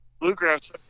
Bluegrass